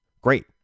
Great